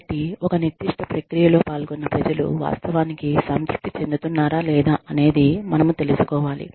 కాబట్టి ఒక నిర్దిష్ట ప్రక్రియలో పాల్గొన్న ప్రజలు వాస్తవానికి సంతృప్తి చెందుతున్నారా లేదా అనేది మనము తెలుసుకోవాలి